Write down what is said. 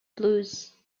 blues